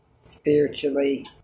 spiritually